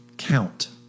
Count